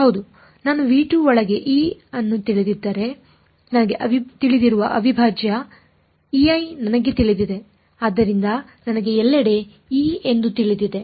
ಹೌದು ನಾನು ಒಳಗೆ E ಅನ್ನು ತಿಳಿದಿದ್ದರೆ ನನಗೆ ತಿಳಿದಿರುವ ಅವಿಭಾಜ್ಯ ನನಗೆ ತಿಳಿದಿದೆ ಆದ್ದರಿಂದ ನನಗೆ ಎಲ್ಲೆಡೆ E ಎಂದು ತಿಳಿದಿದೆ